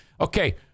okay